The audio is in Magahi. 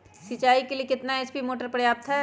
सिंचाई के लिए कितना एच.पी मोटर पर्याप्त है?